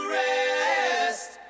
rest